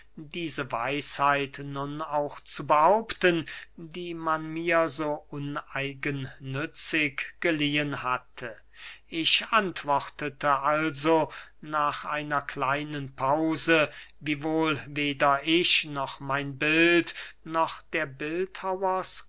diese weisheit nun auch zu behaupten die man mir so uneigennützig geliehen hatte ich antwortete also nach einer kleinen pause wiewohl weder ich noch mein bild noch der bildhauer